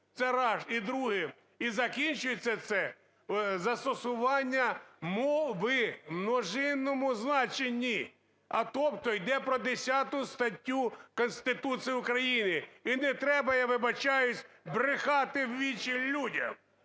Це раз. І друге. І закінчується - це застосування "мови" в множинному значенні, а тобто йде про 10 статтю Конституції України. І не треба, я вибачаюсь, брехати у вічі людям!